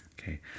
Okay